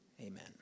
amen